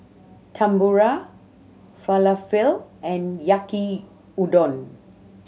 Tempura Falafel and Yaki Udon